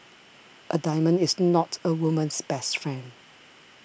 a diamond is not a woman's best friend